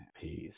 peace